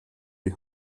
die